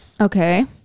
okay